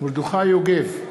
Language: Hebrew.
מרדכי יוגב,